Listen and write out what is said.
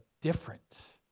different